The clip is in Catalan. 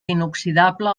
inoxidable